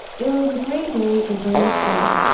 it was a gray day in early spring.